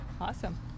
Awesome